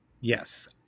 Yes